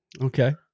okay